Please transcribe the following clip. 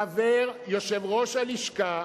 חבר יושב-ראש הלשכה,